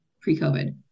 pre-COVID